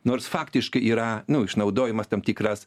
nors faktiškai yra nu išnaudojimas tam tikras